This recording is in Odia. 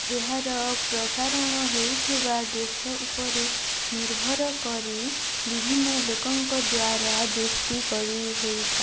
ଏହାର ପ୍ରସାରଣ ହେଉଥିବା ଦେଶ ଉପରେ ନିର୍ଭର କରି ବିଭିନ୍ନ ଲୋକଙ୍କ ଦ୍ୱାରା ଦୃଷ୍ଟି କରି ହେଇଥାଏ